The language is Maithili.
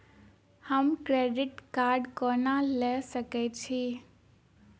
हम क्रेडिट कार्ड कोना लऽ सकै छी?